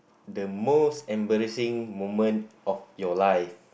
the most embarrassing moment of your life